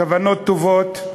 כוונות טובות.